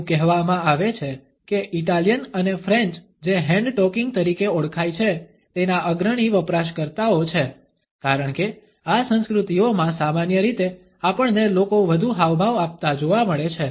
એવું કહેવામાં આવે છે કે ઇટાલિયન અને ફ્રેન્ચ જે હેન્ડ ટોકિંગ તરીકે ઓળખાય છે તેના અગ્રણી વપરાશકર્તાઓ છે કારણ કે આ સંસ્કૃતિઓમાં સામાન્ય રીતે આપણને લોકો વધુ હાવભાવ આપતા જોવા મળે છે